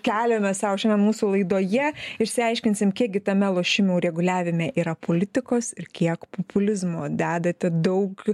keliame sau šiandien mūsų laidoje išsiaiškinsim kiek gi tame lošimų reguliavime yra politikos ir kiek populizmo dedate daug